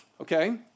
okay